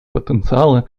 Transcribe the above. потенциала